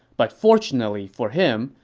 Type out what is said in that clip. but fortunately for him,